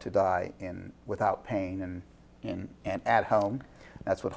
to die in without pain and in and at home that's what